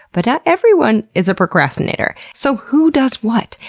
but not everyone is a procrastinator. so, who does what?